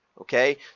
okay